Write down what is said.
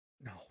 No